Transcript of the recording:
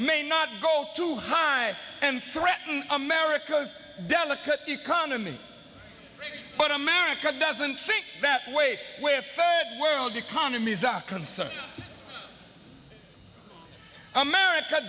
may not go too high and threaten america's delicate economy but america doesn't think that way where the world economies are consuming america